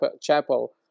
chapel